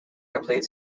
complete